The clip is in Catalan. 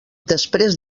després